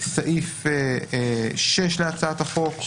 סעיף 6 להצעת החוק.